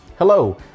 Hello